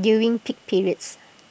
during peak periods